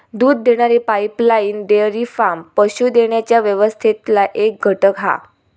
दूध देणारी pipeline dairy farm पशू देण्याच्या व्यवस्थेतला एक घटक हा